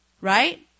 right